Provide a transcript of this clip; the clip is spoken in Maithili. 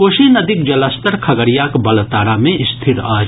कोसी नदीक जलस्तर खगड़ियाक बलतारा मे स्थिर अछि